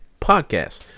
podcast